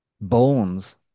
Bones